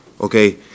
Okay